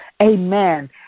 amen